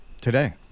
today